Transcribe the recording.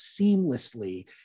seamlessly